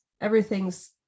everything's